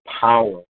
power